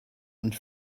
und